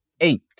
Eight